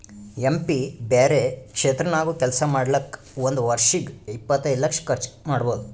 M P ಬ್ಯಾರೆ ಕ್ಷೇತ್ರ ನಾಗ್ನು ಕೆಲ್ಸಾ ಮಾಡ್ಲಾಕ್ ಒಂದ್ ವರ್ಷಿಗ್ ಇಪ್ಪತೈದು ಲಕ್ಷ ಕರ್ಚ್ ಮಾಡ್ಬೋದ್